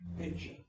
picture